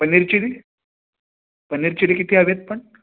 paneer chilli paneer chilli किती हवे आहेत पण